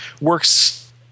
works